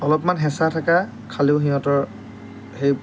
অলপমান হেঁচা ঠেকা খালেও সিহঁতৰ সেই